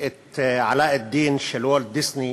את "אלאדין" של וולט דיסני,